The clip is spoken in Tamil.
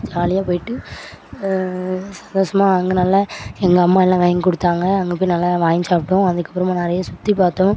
ஜாலியாக போய்ட்டு சந்தோஸமாக அங்கே நல்லா எங்கள் அம்மா எல்லாம் வாங்கி கொடுத்தாங்க அங்கே போய் நல்லா வாங்கி சாப்பிட்டோம் அதுக்கப்புறமா நிறைய சுற்றி பார்த்தோம்